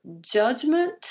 judgment